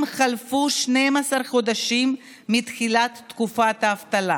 חלפו 12 חודשים מתחילת תקופת האבטלה,